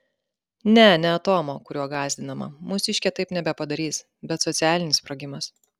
ne ne atomo kuriuo gąsdinama mūsiškė taip nebepadarys bet socialinis sprogimas